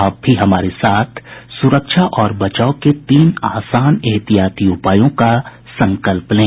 आप भी हमारे साथ सुरक्षा और बचाव के तीन आसान एहतियाती उपायों का संकल्प लें